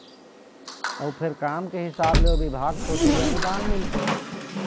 अउ फेर काम के हिसाब ले ओ बिभाग कोती ले अनुदान मिलथे